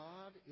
God